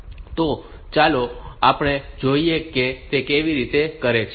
તો ચાલો આપણે જોઈએ કે તે કેવી રીતે કાર્ય કરે છે